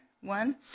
one